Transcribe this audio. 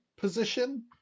position